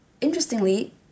interestingly